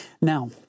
Now –